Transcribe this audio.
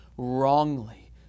wrongly